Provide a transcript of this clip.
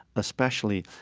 especially,